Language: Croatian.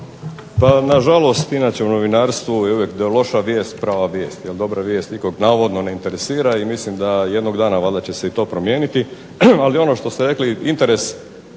Pa nažalost i našem novinarstvu i uvijek je loša vijest prava vijest jer dobra vijest nikog navodno ne interesira i mislim da jednog dana valjda će se i to promijeniti. Ali ono što ste rekli, interes